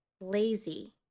lazy